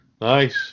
nice